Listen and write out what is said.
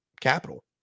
capital